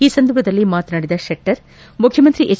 ಈ ಸಂದರ್ಭದಲ್ಲಿ ಮಾತನಾಡಿದ ಶೆಟ್ಟರ್ ಮುಖ್ಯಮಂತ್ರಿ ಎಚ್